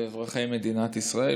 לאזרחי מדינת ישראל,